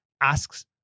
asks